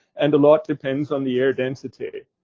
and a lot depends on the air density.